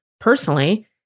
Personally